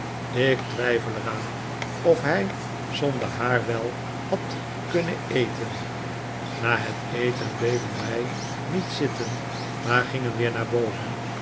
ik twijfel er aan of hij zonder haar wel had kunnen eten na het eten bleven wij niet zitten maar gingen weer naar boven